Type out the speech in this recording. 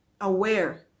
aware